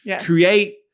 create